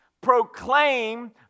proclaim